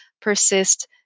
persist